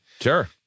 sure